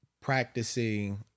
Practicing